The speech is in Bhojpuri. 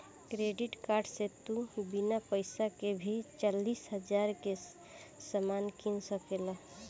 क्रेडिट कार्ड से तू बिना पइसा के भी चालीस हज़ार के सामान किन सकेल